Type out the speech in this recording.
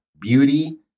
beauty